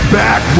back